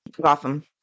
Gotham